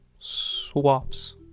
swaps